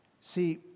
See